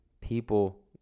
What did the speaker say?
people